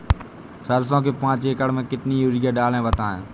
सरसो के पाँच एकड़ में कितनी यूरिया डालें बताएं?